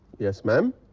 yes ma'am.